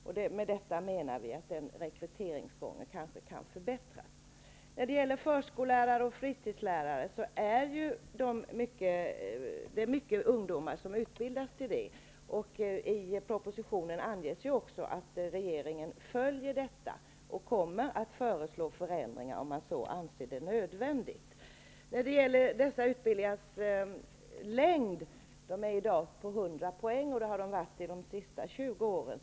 Vi menar att man i och med detta nya kan förbättra rekryteringen. Det är många ungdomar som utbildar sig till förskollärare och fritidslärare. I propositionen anges också att regeringen följer detta och kommer att föreslå förändringar om man anser det vara nödvändigt. Dessa utbildningar är i dag på 100 poäng, och det har de varit under de senaste 20 åren.